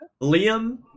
Liam